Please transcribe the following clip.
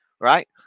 right